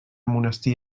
monestir